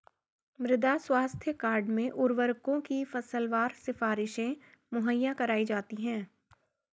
मृदा स्वास्थ्य कार्ड में उर्वरकों की फसलवार सिफारिशें मुहैया कराई जाती है